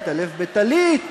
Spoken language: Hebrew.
מתעטף בטלית,